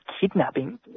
kidnapping